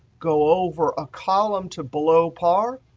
go over a column to below par,